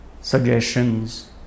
suggestions